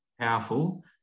powerful